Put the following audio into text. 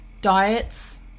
diets